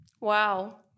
Wow